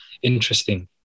Interesting